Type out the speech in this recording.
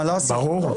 ברור.